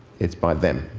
it's by them,